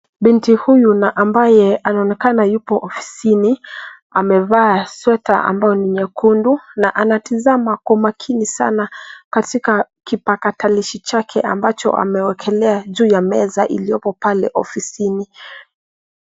Binti huyu na ambaye anaonekana yupo ofisini amevaa sweta ambayo ni nyekundu na anatazama kwa makini sana katika kipakatalishi chake ambacho amewekelea juu ya meza iliyoko pale ofisini.